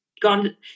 gone